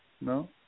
no